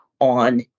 on